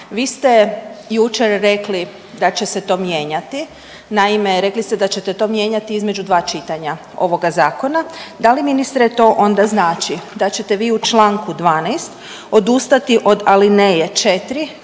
vi ste jučer rekli da će se to mijenjati. Naime, rekli ste da ćete to mijenjati između dva čitanja ovoga zakona, da li ministre to onda znači da ćete vi u čl. 12. odustati od alineje 4.